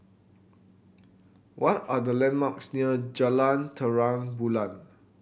what are the landmarks near Jalan Terang Bulan